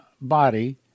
body